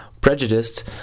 prejudiced